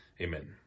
Amen